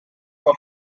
auf